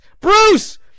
Bruce